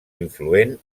influent